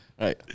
Right